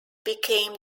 became